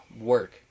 work